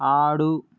ఆడు